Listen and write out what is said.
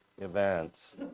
events